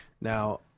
Now